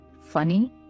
funny